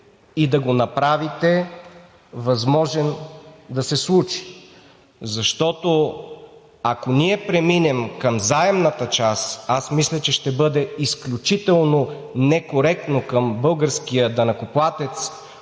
и да го направите възможен да се случи? Защото, ако ние преминем към заемната част, аз мисля, че ще бъде изключително некоректно към българския данъкоплатец,